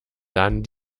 dann